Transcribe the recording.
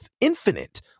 infinite